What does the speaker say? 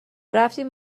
رفتیم